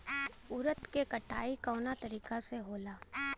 उरद के कटाई कवना तरीका से होला?